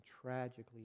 tragically